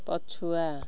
ପଛୁଆ